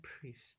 priest